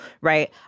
right